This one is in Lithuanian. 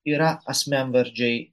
yra asmenvardžiai